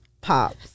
Pops